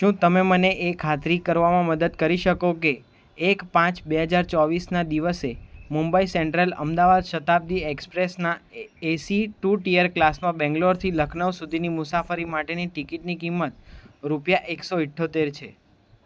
શું તમે મને એ ખાતરી કરવામાં મદદ કરી શકો કે એક પાંચ બે હજાર ચોવીસના દિવસે મુંબઈ સેન્ટ્રલ અમદાવાદ શતાબ્દી એક્સપ્રેસના એ એસી ટુ ટિયર ક્લાસમાં બેંગ્લોરથી લખનઉ સુધીની મુસાફરી માટેની ટિકિટની કિંમત રૂપિયા એકસો ઇઠ્ઠોતેર છે